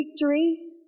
victory